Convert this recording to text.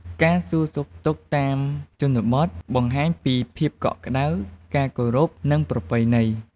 ការសួរសុខទុក្ខតាមជនបទ បង្ហាញពីភាពកក់ក្តៅ ការគោរព និងប្រពៃណី។